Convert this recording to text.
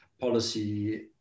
policy